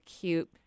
cute